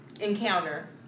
encounter